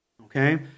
okay